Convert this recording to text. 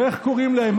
ואיך קוראים להם?